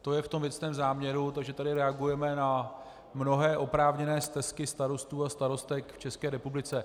To je v tom věcném záměru, takže tady reagujeme na mnohé oprávněné stesky starostů a starostek v České republice.